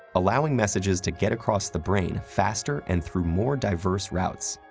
allowing messages to get across the brain faster and through more diverse routes.